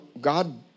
God